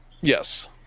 Yes